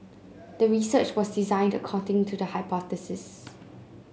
the research was designed according to the hypothesis